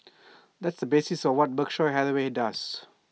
that's the basis of what Berkshire Hathaway does